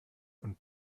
und